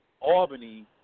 Albany